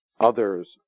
others